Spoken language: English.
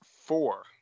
four